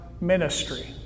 ministry